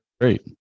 great